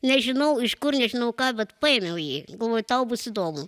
nežinau iš kur nežinau ką bet paėmiau jį galvoju tau bus įdomu